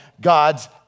God's